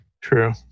True